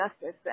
justice